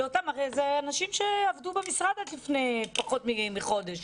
הרי אלו אנשים שעבדו במשרד לפני פחות מחודש.